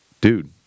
Dude